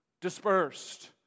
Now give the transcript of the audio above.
dispersed